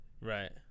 Right